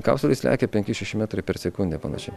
kapsulės lekia penki šeši metrai per sekundę panašiai